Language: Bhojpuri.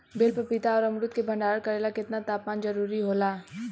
बेल पपीता और अमरुद के भंडारण करेला केतना तापमान जरुरी होला?